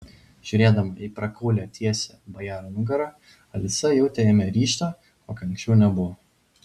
žiūrėdama į prakaulią tiesią bajaro nugarą alisa jautė jame ryžtą kokio anksčiau nebuvo